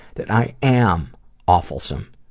that i am awfulsome.